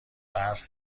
برف